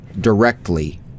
directly